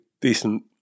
decent